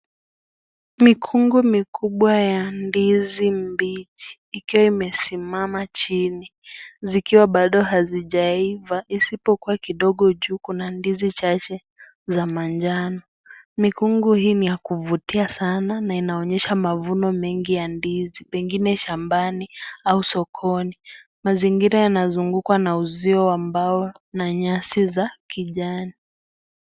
Mikungu mikubwa ya ndizi mbichi ikiwa imesimama chini zikiwa bado hazijaiva isipokuwa kidogo juu kuna ndizi chache za manjano mikungu hii ni ya kuvutia sana na inaonyesha mavuno mengi ya ndizi pengine shambani au sokoni mazingira yanazungukwa na uzio wa maua na nyasi ya kijani.